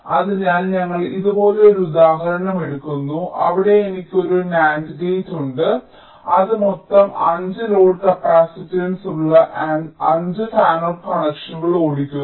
അതിനാൽ ഞങ്ങൾ ഇതുപോലുള്ള ഒരു ഉദാഹരണം എടുക്കുന്നു അവിടെ എനിക്ക് ഒരു NAND ഗേറ്റ് ഉണ്ട് അത് മൊത്തം 5 ലോഡ് കപ്പാസിറ്റൻസുള്ള 5 ഫാനൌട്ട് കണക്ഷനുകൾ ഓടിക്കുന്നു